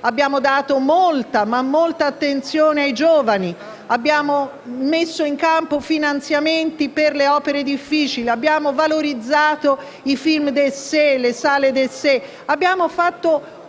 Abbiamo infatti dato molta, ma molta attenzione ai giovani; abbiamo messo in campo finanziamenti per le opere difficili; abbiamo valorizzato i film e le sale *d'essai*. Abbiamo fatto